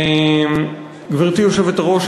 גברתי היושבת-ראש,